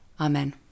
Amen